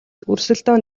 өрсөлдөөн